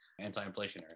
anti-inflationary